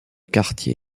quartier